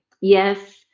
yes